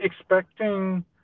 expecting